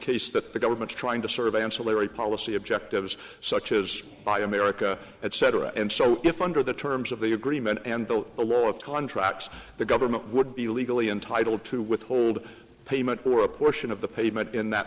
case that the government's trying to sort of ancillary policy objectives such as buy america etc and so if under the terms of the agreement and though the law of contracts the government would be legally entitled to withhold payment or a portion of the pavement in that